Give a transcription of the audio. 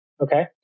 Okay